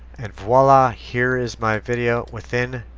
and voila. here is my video within.